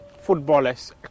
footballers